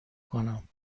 کنم